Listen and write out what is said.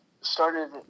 started